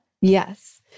yes